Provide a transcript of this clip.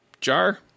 jar